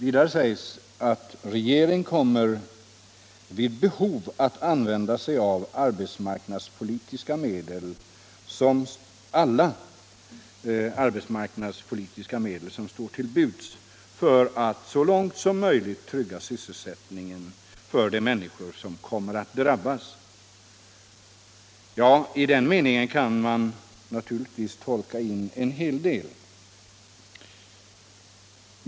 I svaret heter det vidare att regeringen ”kommer vid behov att använda sig av de arbetsmarknadspolitiska medel som står till buds för att så långt möjligt trygga sysselsättningen för de människor som kan komma att drabbas”. I den meningen kan man naturligtvis tolka in en hel del.